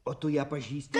o tu ją pažįsti